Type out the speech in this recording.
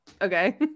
okay